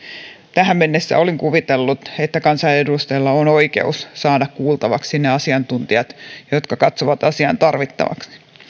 tähän mennessä olin kuvitellut että kansanedustajilla on oikeus saada kuultavaksi ne asiantuntijat jotka he katsovat asiaan tarvittavan